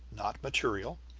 not material.